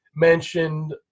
mentioned